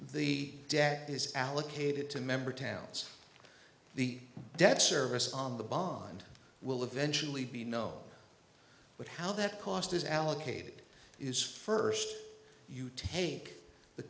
the debt is allocated to member towns the debt service on the bond will eventually be no but how that cost is allocated is first you take the